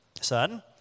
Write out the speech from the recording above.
son